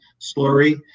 slurry